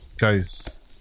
Guys